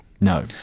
No